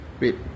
wait